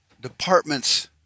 department's